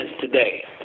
today